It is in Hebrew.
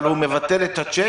אבל הוא מבטל את הצ'ק,